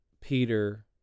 Peter